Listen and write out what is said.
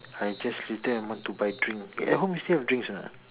I just later I want to buy drink eh at home still have drinks or not